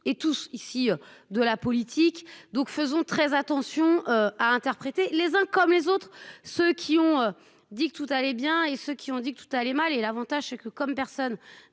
et tous, ici, de la politique. Donc, faisons très attention à interpréter les uns comme les autres, ceux qui ont dit que tout allait bien et ceux qui ont dit que tout allait mal et l'avantage c'est que comme personne